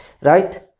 Right